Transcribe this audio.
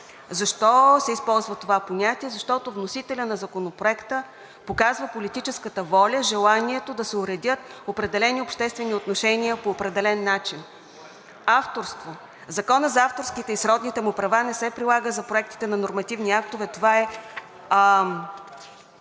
Защо се използва това понятие? Защото вносителят на Законопроекта показва политическата воля, желанието да се уредят определени обществени отношения по определен начин. Авторство. Законът за авторските и сродните му права не се прилага за проектите на нормативни актове. Това е